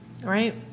right